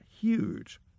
huge